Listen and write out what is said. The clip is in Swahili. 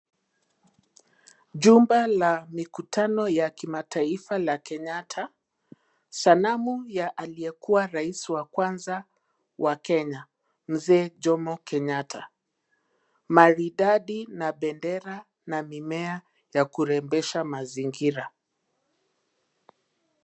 Jumba la mikutano ya kimataifa la Kenyatta. Sanamu ya aliyekuwa rais wa kwanza wa Kenya, Mzee Jomo Kenyatta, maridadi na bendera na mimea ya kurembesha mazingira.